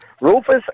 Rufus